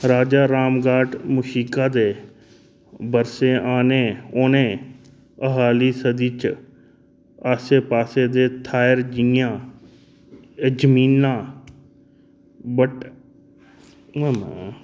राजा रामघाट मूशिका दे बरसें आने औने आह्ली सदी च आस्सै पास्सै दे थाह्र जि'यां ऐ चमीना बट